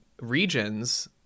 regions